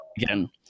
again